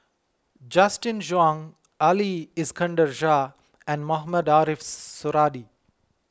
Justin Zhuang Ali Iskandar Shah and Mohamed Ariff Suradi